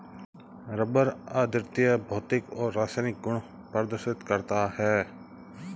rubber अद्वितीय भौतिक और रासायनिक गुण प्रदर्शित करता है